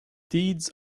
deeds